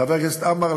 חבר הכנסת עמאר,